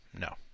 No